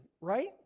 Right